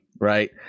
Right